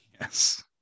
Yes